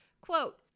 Quote